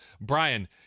brian